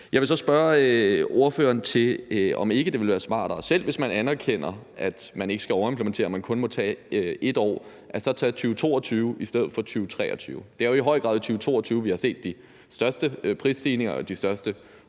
Jeg vil så spørge ordføreren, om det ikke ville være smartere – selv hvis man anerkender, at man ikke skal overimplementere og kun må tage 1 år – så at tage 2022 i stedet for 2023. Det er jo i høj grad i 2022, vi har set de største prisstigninger og de største